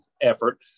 effort